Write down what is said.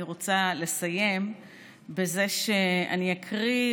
אני רוצה לסיים בזה שאקריא,